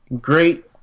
great